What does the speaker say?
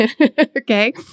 Okay